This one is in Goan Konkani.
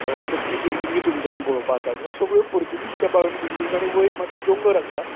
सो ती बिल्डींगूय तुमच्यानी पळोवपाक जाता ह्यो सगळ्यो पुर्तूगीज तेंपा वयल्यो बिल्डींगो आनी वयर मागीर दोंगोर आसा